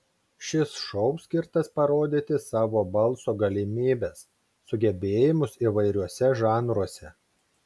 šis šou skirtas parodyti savo balso galimybes sugebėjimus įvairiuose žanruose